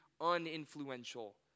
uninfluential